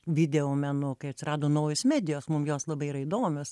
videomenu kai atsirado naujos medijos mum jos labai yra įdomios